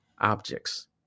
objects